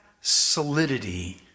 solidity